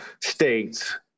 States